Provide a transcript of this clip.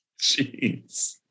Jeez